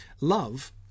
love